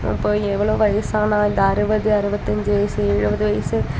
அப்போது எவ்வளோ வயதான இந்த அறுபது அறுவத்தஞ்சு வயது எழுபது வயது